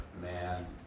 man